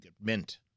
mint